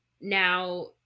now